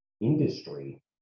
industry